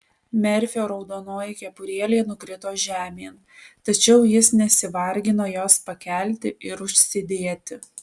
merfio raudonoji kepurėlė nukrito žemėn tačiau jis nesivargino jos pakelti ir užsidėti